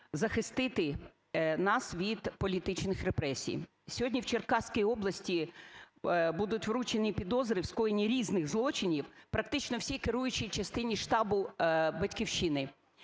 захистити нас від політичних репресій. Сьогодні в Черкаській області будуть вручені підозри в скоєнні різних злочинів практично всій керуючій частині штабу "Батьківщини".